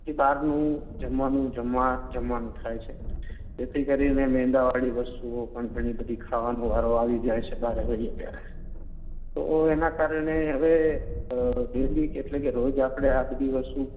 કે બહારનું જમવાનું જમવા જમવાનું થાય છે જેથી કરીને મેંદાવાળી વસ્તુઓ પણ ઘણી બધી ખાવાનો વારો આવી જાય છે બહાર હોઇએ ત્યારે તો એના કારણે હવે અ ડેઇલી એટલે કે રોજ આપણે આ બધી વસ્તુ